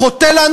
חוטא לנו,